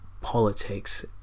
politics